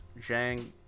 Zhang